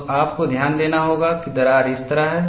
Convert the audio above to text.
तो आपको ध्यान देना होगा कि दरार इस तरह है